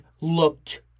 looked